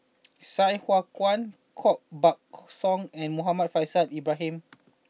Sai Hua Kuan Koh Buck Song and Muhammad Faishal Ibrahim